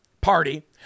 party